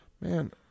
Man